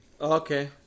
Okay